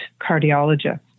cardiologist